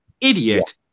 idiot